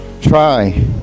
try